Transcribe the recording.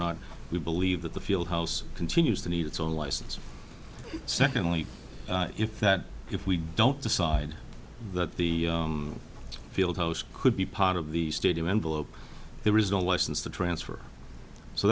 not we believe that the field house continues to need its own license secondly if that if we don't decide that the field house could be part of the state of envelope there is no license to transfer so